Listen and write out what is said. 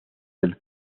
del